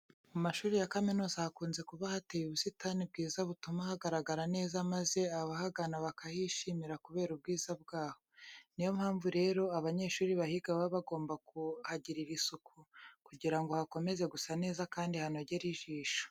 Mu mashuri ya kaminuza hakunze kuba hateye ubusitani bwiza butuma hagaragara neza maze abahagana bakahishimira kubera ubwiza bwaho. Ni yo mpamvu rero, abanyeshuri bahiga baba bagomba kuhagirira isuku kugira ngo hakomeze gusa neza kandi hanogere ijisho.